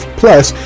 plus